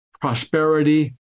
Prosperity